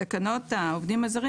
תקנות העובדים הזרים,